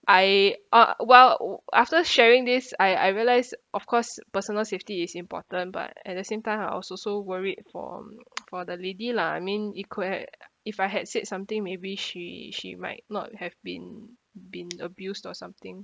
I uh well u~ after sharing this I I realise of course personal safety is important but at the same time I was also worried for um for the lady lah I mean it could've if I had said something may be she she might not have been been abused or something